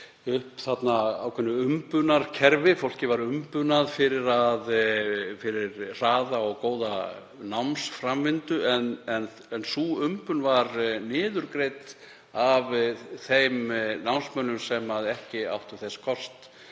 upp ákveðnu umbunarkerfi. Fólki var umbunað fyrir hraða og góða námsframvindu en sú umbun var niðurgreidd af þeim námsmönnum sem ekki áttu þess kost